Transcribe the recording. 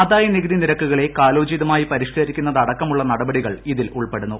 ആദായ നികുതി നിരക്കുകളെ കാലോചിതമായി പരിഷ്കരിക്കുന്നതടക്കമുള്ള നടപടികൾ ഇതിൽ ഉൾപ്പെടുന്നു